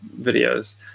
videos